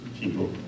people